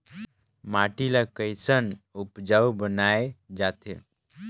माटी ला कैसन उपजाऊ बनाय जाथे?